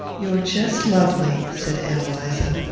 you're jest lovely, said ann eliza.